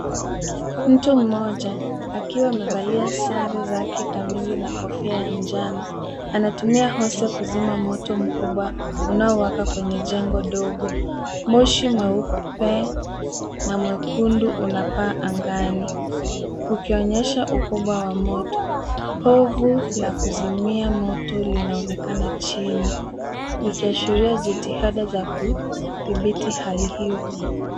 Mtu mmoja, akiwa amevalia sare zake kamili na kofia ya njano. Anatumia hose kuzima moto mkubwa unaowaka kwenye jengo dogo. Moshi mweupe na mwekundu unapaa angani, ukionyesha ukubwa wa moto. Povu la kuzimia moto linaonekana chini, likiashiria jitihada za kudhibiti hali hiyo.